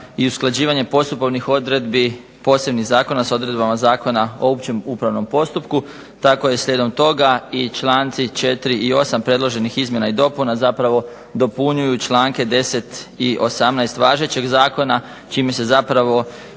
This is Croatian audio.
i usklađivanje postupovnih odredbi posebnih zakona s odredbama Zakona o općem upravnom postupku, tako i slijedom toga članci 4. i 8. predloženih izmjena i dopuna dopunjuju članke 10. i 18. važećeg zakona čime se zapravo